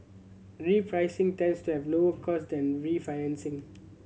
repricing tends to have lower cost than refinancing